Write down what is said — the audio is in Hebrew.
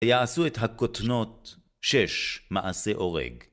יעשו את הכותנות שש מעשה אורג.